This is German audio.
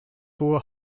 hohe